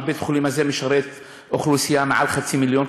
בית-החולים הזה משרת אוכלוסייה של מעל חצי מיליון,